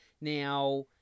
Now